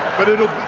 but it'll.